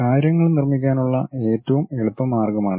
കാര്യങ്ങൾ നിർമ്മിക്കാനുള്ള ഏറ്റവും എളുപ്പമാർഗ്ഗമാണിത്